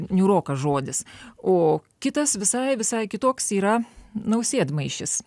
niūrokas žodis o kitas visai visai kitoks yra nausėdmaišis